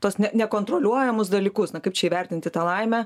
tuos nenekontroliuojamus dalykus na kaip čia įvertinti tą laimę